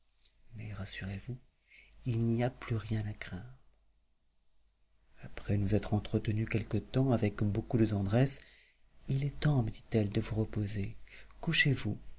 mais rassurez-vous il n'y a plus rien à craindre après nous être entretenus quelque temps avec beaucoup de tendresse il est temps me dit-elle de vous reposer couchezvous